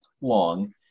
long